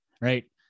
right